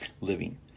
living